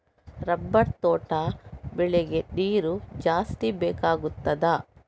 Rubber ತೋಟ ಬೆಳೆಗೆ ನೀರು ಜಾಸ್ತಿ ಬೇಕಾಗುತ್ತದಾ?